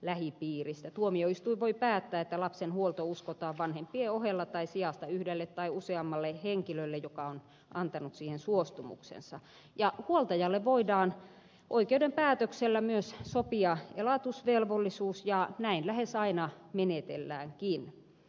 tuomioistuin voi päättää että lapsen huolto uskotaan vanhempien ohella tai sijasta yhdelle tai useammalle henkilölle joka on antanut siihen suostumuksensa ja huoltajalle voidaan oikeuden päätöksellä myös sopia elatusvelvollisuus ja näin lähes aina menetelläänkin